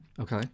Okay